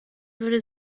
würde